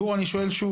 גור, אני שואל שוב.